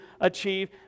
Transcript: achieve